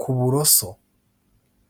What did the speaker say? ku buroso.